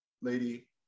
Lady